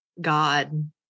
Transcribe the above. God